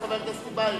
חבר הכנסת טיבייב,